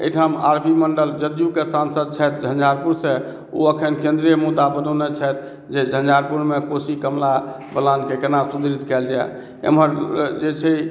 एहिठाम R B Mandal जदयूके सांसद छथि झंझारपुरसँ ओ एखन केन्द्रीय मुद्दा बनौने छथि जे झंझारपुरमे कोशी कमला बलानके कोना सुदृढ़ कएल जाइ एम्हर जे छै